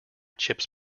chips